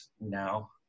now